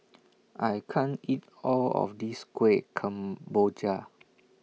I can't eat All of This Kueh Kemboja